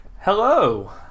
hello